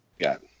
got